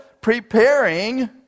preparing